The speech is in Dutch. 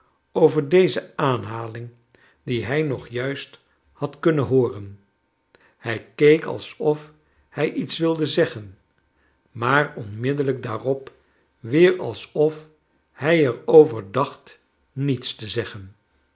over deze aanhaling die hij nog juist had kunnen hooren hij keek alsof hij iets wilde zeggen maar onmiddellijk daarop weer alsof hij er over dacht niets te zeggen